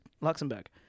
Luxembourg